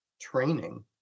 training